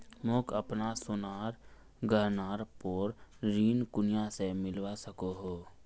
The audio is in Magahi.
मोक अपना सोनार गहनार पोर ऋण कुनियाँ से मिलवा सको हो?